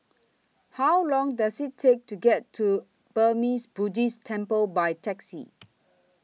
How Long Does IT Take to get to Burmese Buddhist Temple By Taxi